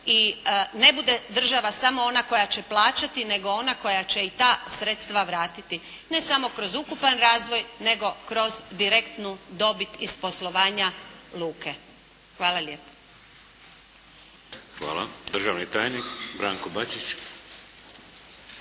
i ne bude država samo ona koja će plaćati nego ona koja će i ta sredstva vratiti ne samo kroz ukupan razvoj nego kroz direktnu dobit iz poslovanja luke. Hvala lijepo. **Šeks, Vladimir (HDZ)** Hvala. Državni tajnik Branko Bačić.